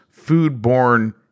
foodborne